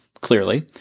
clearly